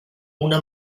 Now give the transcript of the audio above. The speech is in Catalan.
una